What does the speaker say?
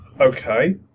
Okay